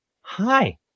Hi